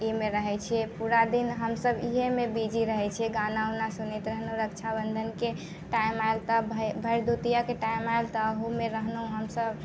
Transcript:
ई मे रहै छियै पूरा दिन हम सभ इहैमे बिजी रहै छियै गाना वाना सुनैत रहलहुॅं रक्षाबंधनके टाइम आयल तऽ भरदुतियाके टाइम आयल ताहूमे रहलहुॅं हम सभ